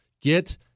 Get